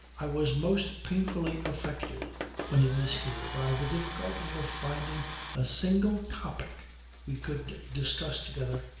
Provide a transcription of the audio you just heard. i was most painfully affected when he was here by the difficulty of finding a single topic we could discuss together.